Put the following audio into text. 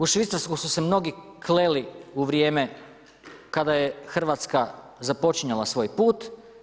U Švicarsku su se mnogi kleli u vrijeme kada je Hrvatska započinjala svoj put.